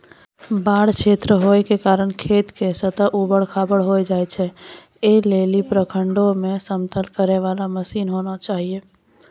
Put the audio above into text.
बाढ़ क्षेत्र होय के कारण खेत के सतह ऊबड़ खाबड़ होय जाए छैय, ऐ लेली प्रखंडों मे समतल करे वाला मसीन होना चाहिए?